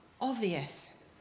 obvious